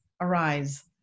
arise